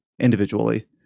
individually